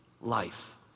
life